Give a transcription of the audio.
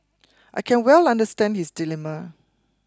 I can well understand his dilemma